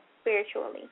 spiritually